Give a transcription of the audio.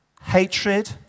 hatred